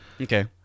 okay